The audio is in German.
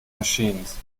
machines